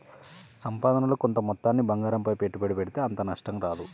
సంపాదనలో కొంత మొత్తాన్ని బంగారంపై పెట్టుబడి పెడితే అంతగా నష్టం రాదు